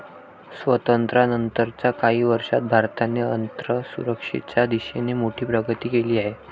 स्वातंत्र्यानंतर च्या काही वर्षांत भारताने अन्नसुरक्षेच्या दिशेने मोठी प्रगती केली आहे